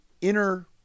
inner